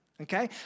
Okay